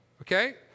Okay